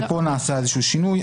ופה נעשה איזה שינוי.